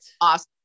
Awesome